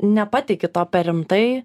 nepateiki to per rimtai